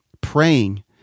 praying